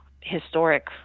historic